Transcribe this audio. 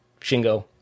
Shingo